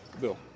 Bill